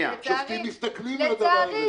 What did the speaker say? שופטים מסתכלים על הדבר הזה.